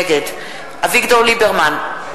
נגד אביגדור ליברמן,